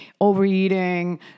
overeating